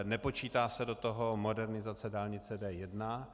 Nepočítá se do toho modernizace dálnice D1.